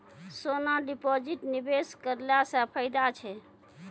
सोना deposit निवेश करला से फैदा छै?